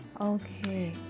Okay